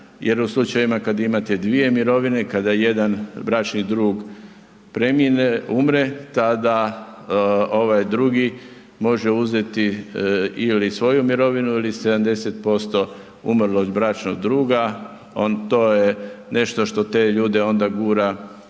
jer u slučajevima kad imate dvije mirovine, kada jedan bračni drug premine, umre, tada ovaj drugi može uzeti ili svoju mirovinu ili 70% umrlog bračnog druga, to je nešto što te ljude onda gura